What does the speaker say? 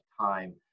time